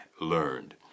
learned